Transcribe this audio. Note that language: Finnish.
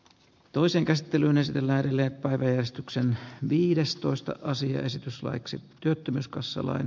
toisen kastelun esitellään leppäveistoksen viides toista asia esitys laiksi hylätä